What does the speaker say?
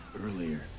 Earlier